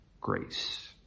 grace